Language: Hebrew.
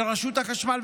לרשות החשמל,